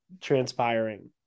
transpiring